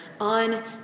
on